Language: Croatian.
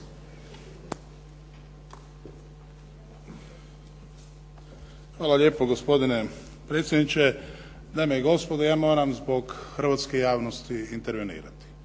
Hvala lijepo, gospodine predsjedniče. Dame i gospodo, ja moram zbog hrvatske javnosti intervenirati.